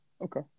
Okay